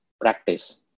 practice